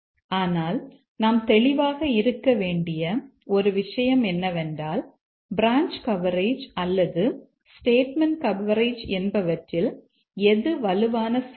ஆனால் நாம் தெளிவாக இருக்க வேண்டிய ஒரு விஷயம் என்னவென்றால் பிரான்ச் கவரேஜ் அல்லது ஸ்டேட்மெண்ட் கவரேஜ் என்பவற்றில் எது வலுவான சோதனை